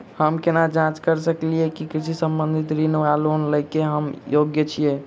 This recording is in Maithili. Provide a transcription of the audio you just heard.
हम केना जाँच करऽ सकलिये की कृषि संबंधी ऋण वा लोन लय केँ हम योग्य छीयै?